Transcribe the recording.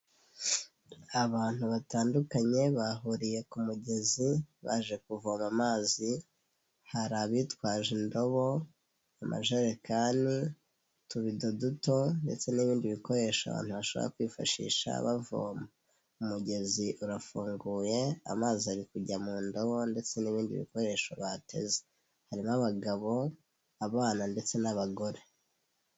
Abantu batandukanye, bahuriye ku mugezi baje kuvoma amazi, hari abitwaje indobo, amajerekani, utubido duto ndetse n'ibindi bikoresho abantu bashobora kwifashisha bavoma. Umugezi urafunguye amazi ari kujya mu ndobo ndetse n'ibindi bikoresho bateze. Harimo abagabo, abana ndetse n'abagore.